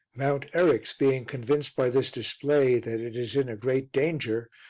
mount eryx being convinced by this display that it is in a great danger,